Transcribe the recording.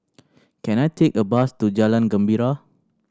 can I take a bus to Jalan Gembira